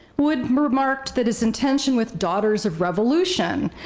wood remarked that his intention with daughters of revolution,